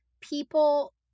people